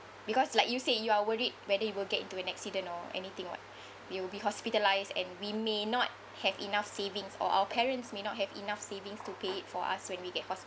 because like you say you are worried whether you will get into an accident or anything [what] we'll be hospitalized and we may not have enough savings or our parents may not have enough savings to pay it for us when we get hospitalized